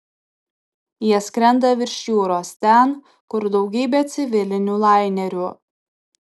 jie skrenda virš jūros ten kur daugybė civilinių lainerių